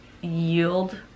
yield